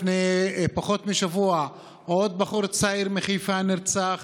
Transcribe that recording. לפני פחות משבוע עוד בחור צעיר מחיפה נרצח